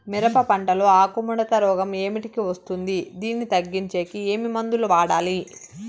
మిరప పంట లో ఆకు ముడత రోగం ఏమిటికి వస్తుంది, దీన్ని తగ్గించేకి ఏమి మందులు వాడాలి?